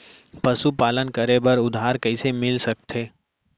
पशुपालन करे बर उधार कइसे मिलिस सकथे?